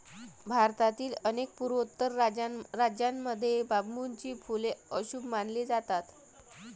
भारतातील अनेक पूर्वोत्तर राज्यांमध्ये बांबूची फुले अशुभ मानली जातात